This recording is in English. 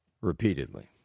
repeatedly